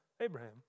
Abraham